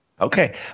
Okay